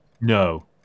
No